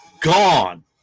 gone